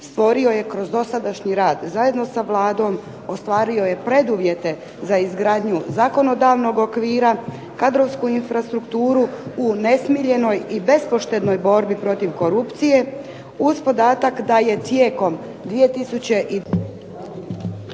stvorio je kroz dosadašnji rad, zajedno sa Vladom ostvario je preduvjete za izgradnju zakonodavnog okvira, kadrovsku infrastrukturu u nesmiljenoj i bespoštednoj borbi protiv korupcije uz podatak da je tijekom